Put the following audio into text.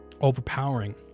overpowering